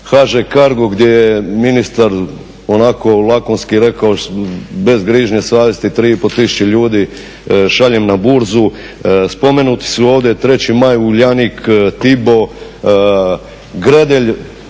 HŽ Cargo gdje je ministar onako lakonski rekao bez grižnje savjesti 3,5 tisuće ljudi šaljem na Burzu. Spomenuti su ovdje 3. maj, Uljanik, TIBO, Gredelj,